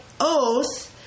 oath